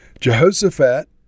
Jehoshaphat